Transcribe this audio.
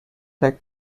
black